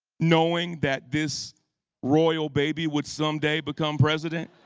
knowing that this royal baby would someday become president?